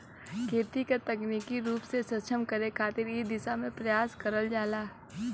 खेती क तकनीकी रूप से सक्षम करे खातिर इ दिशा में प्रयास करल जाला